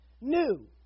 new